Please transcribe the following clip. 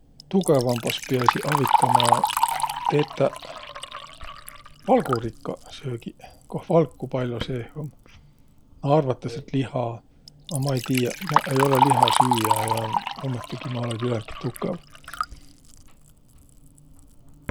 Tugõvambas piäsiq avitama tetäq valgurikkaq söögiq, koh valku pall'o seeh um. Arvatas, et liha, a maq ei tiiäq, maq ei olõq lihasüüjä ja ummõhtõgi ma olõ küländki tukõv.